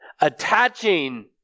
attaching